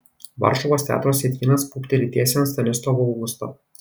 varšuvos teatro sietynas pūpteli tiesiai ant stanislovo augusto